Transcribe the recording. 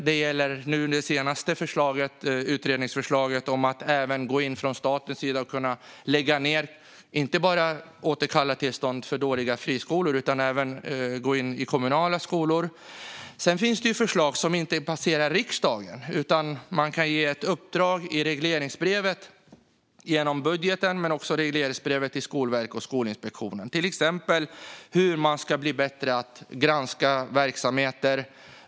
Det gäller också det senaste utredningsförslaget om att man från statens sida inte bara ska kunna återkalla tillståndet för dåliga friskolor utan även gå in och lägga ned kommunala skolor. Sedan finns det ju förslag som inte passerar riksdagen. Det går att ge ett uppdrag genom budgeten men också genom regleringsbrevet till Skolverket och Skolinspektionen, till exempel vad gäller hur man ska bli bättre på att granska verksamheter.